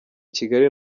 kigali